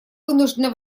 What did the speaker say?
вынуждена